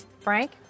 Frank